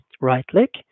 Right-click